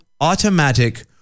automatic